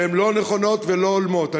שהן לא נכונות ולא הולמות.